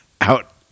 out